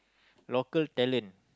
local talent